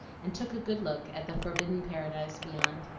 and took a good look at the forbidden paradise beyond.